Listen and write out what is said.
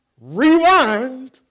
Rewind